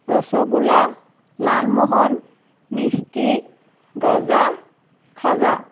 ৰচগোল্লা লালমোহন মিস্তি গজা খাজা